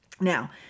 Now